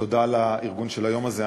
תודה על הארגון של היום הזה.